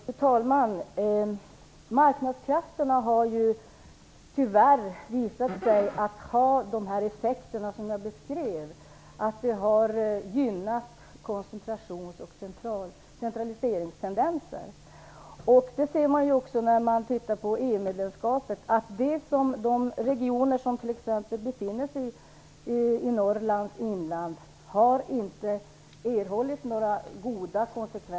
Fru talman! Marknadskrafterna har ju tyvärr visat sig ha de effekter som jag beskrev. De har gynnat koncentrations och centraliseringstendenser. Om vi tittar på EU-medlemskapet kan vi se att det inte har inneburit några goda konsekvenser för regionerna i Norrlands inland.